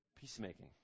peacemaking